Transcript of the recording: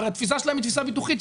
הרי התפיסה שלהם היא תפיסה ביטוחית,